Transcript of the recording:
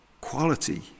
quality